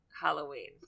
halloween